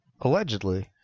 Allegedly